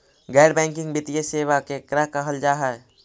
गैर बैंकिंग वित्तीय सेबा केकरा कहल जा है?